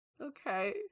okay